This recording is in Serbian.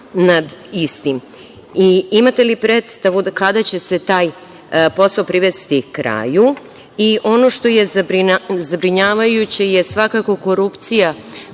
Imate li predstavu do kada će se taj posao privesti kraju? Ono što je zabrinjavajuće je svakako korupcija